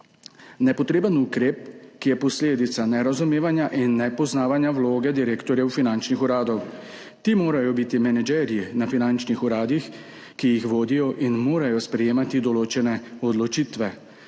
»Nepotreben ukrep, ki je posledica nerazumevanja in nepoznavanja vloge direktorjev finančnih uradov. Le-ti morajo biti managerji na finančnih uradih, ki jih vodijo in morajo sprejemati določene odločitve.